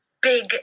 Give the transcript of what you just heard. big